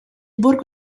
borgo